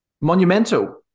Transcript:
Monumental